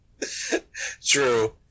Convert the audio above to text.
True